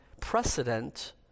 precedent